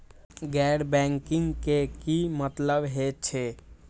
गैर बैंकिंग के की मतलब हे छे?